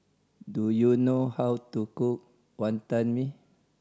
do you know how to cook Wonton Mee